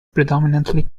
predominantly